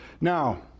Now